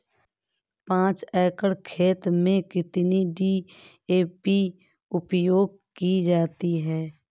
पाँच एकड़ खेत में कितनी डी.ए.पी उपयोग की जाती है?